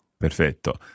Perfetto